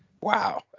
Wow